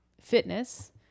fitness